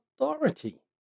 authority